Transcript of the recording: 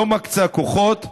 לא מקצה כוחות,